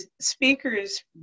speakers